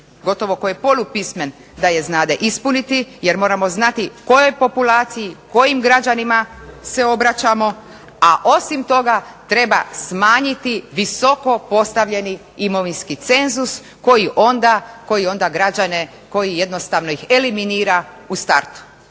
gotovo tko je polupismen da je znade ispuniti jer moramo znati kojoj populaciji, kojim građanima se obraćamo, a osim toga treba smanjiti visoko postavljeni imovinski cenzus koji onda građane koji jednostavno ih eliminira u startu.